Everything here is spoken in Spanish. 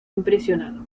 impresionado